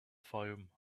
fayoum